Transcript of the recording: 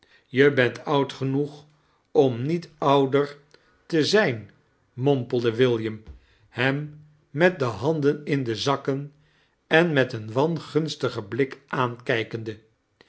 je bent oud genoeg om niet ouder kerstvertellingen te zijn mompelde william hem met de handen in de zakken en met sen wangunstigen blik aankijkende